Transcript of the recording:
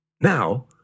Now